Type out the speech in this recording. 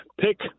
pick